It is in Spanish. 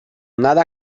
nada